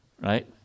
Right